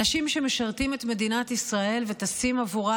אנשים שמשרתים את מדינת ישראל וטסים עבורה